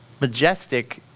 majestic